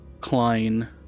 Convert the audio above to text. klein